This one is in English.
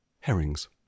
herrings